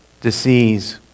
disease